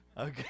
Okay